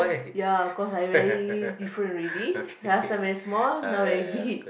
ya cause I very different already last time very small now very big